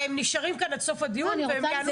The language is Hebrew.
הם נשארים כאן עד סוף הדיון והם יענו